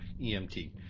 EMT